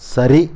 சரி